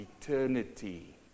eternity